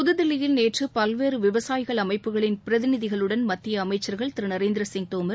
புதுதில்லியில் நேற்று பல்வேறு விவசாயிகள் அமைப்புகளின் பிரதிநிதிகளுடன் மத்திய அமைச்சர்கள் திரு நரேந்திர சிங் தோமர்